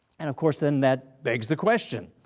and of course, then that begs the question,